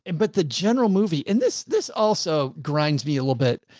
and but the general movie, and this, this also grinds me a little bit.